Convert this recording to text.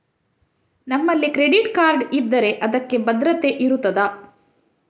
ನಮ್ಮಲ್ಲಿ credit card ಇದ್ದರೆ ಅದಕ್ಕೆ ಭದ್ರತೆ ಇರುತ್ತದಾ?